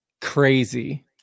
crazy